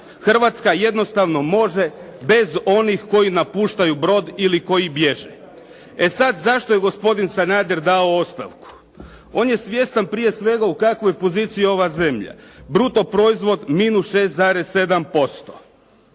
Hrvatska jednostavno može bez onih koji napuštaju brod ili koji bježe. E sad, zašto je gospodin Sanader dao ostavku? On je svjestan prije svega u kakvoj je poziciji ova zemlja. Bruto proizvod -6,7%,